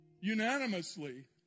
unanimously